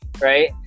right